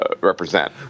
represent